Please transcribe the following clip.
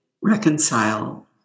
reconcile